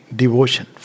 devotion